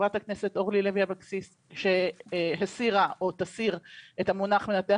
הכנסת לוי אבקסיס שתסיר את המונח מנתח